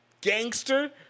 gangster